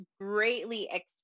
greatly